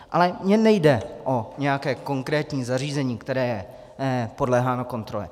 Ale mně nejde o nějaké konkrétní zařízení, které podléhá kontrole.